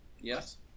Yes